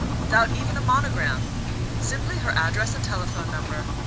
without even a monogram simply her address and telephone number.